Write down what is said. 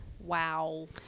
Wow